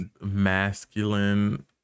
masculine